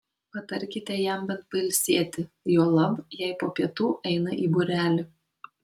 patarkite jam bent pailsėti juolab jei po pietų eina į būrelį